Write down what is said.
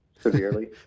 severely